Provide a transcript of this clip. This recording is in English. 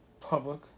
public